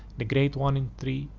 the great one in three,